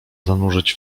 zanurzyć